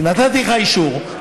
נתתי לך אישור,